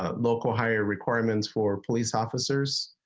ah local higher requirements for police officers.